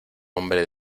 hombre